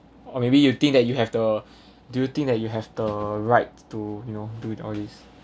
or maybe you think that you have the do you think that you have the right to you know do the all these